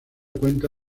cuenta